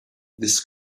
this